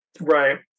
Right